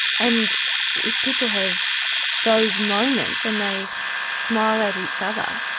and if people have those moments and they smile at each other,